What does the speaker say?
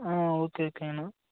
ஆ okay ஓகேங்ண்ணா